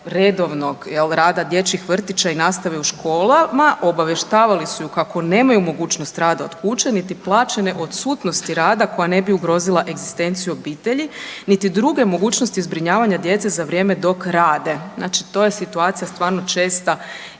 redovnog rada dječjih vrtića i nastave u školama, obavještavali su ju kako nemaju mogućnost rada od kuće niti plaćene odsutnosti rada koja ne bi ugrozila egzistenciju obitelji niti druge mogućnosti zbrinjavanja djece za vrijeme dok rade. Znači to je situacija stvarno česta i to je